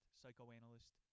psychoanalyst